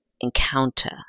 encounter